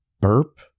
burp